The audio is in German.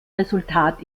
resultat